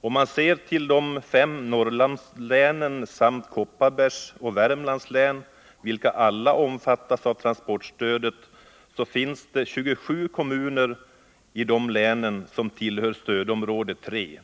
Om man ser till de fem Norrlandslänen samt Kopparbergs och Värmlands län, vilka alla omfattas av transportstödet, finner man att 27 kommuner tillhör stödområde 3.